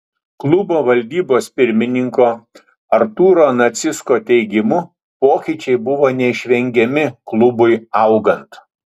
klubo valdybos pirmininko artūro nacicko teigimu pokyčiai buvo neišvengiami klubui augant